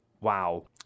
Wow